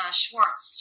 Schwartz